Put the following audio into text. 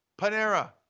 Panera